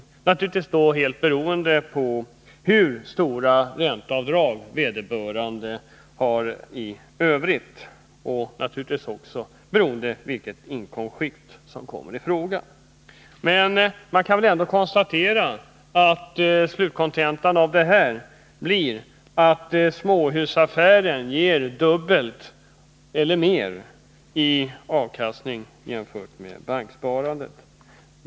Detta är naturligtvis helt beroende av hur stora ränteavdrag vederbörande har i övrigt och vilket inkomstskikt som kommer i fråga. Man kan ändå konstatera att kontentan av detta blir att småhusaffären ger dubbelt eller mer i avkastning jämfört med banksparandet.